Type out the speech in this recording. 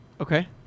Okay